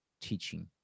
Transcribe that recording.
teaching